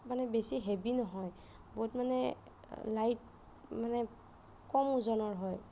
মানে বেছি হেভি নহয় বহুত মানে লাইট মানে কম ওজনৰ হয়